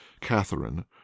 Catherine